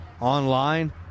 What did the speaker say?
online